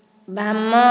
ବାମ